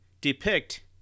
depict